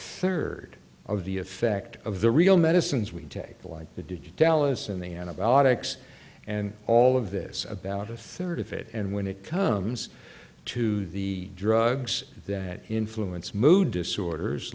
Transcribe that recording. third of the effect of the real medicines we take the like the digitalis and the antibiotics and all of this about a third of it and when it comes to the drugs that influence mood disorders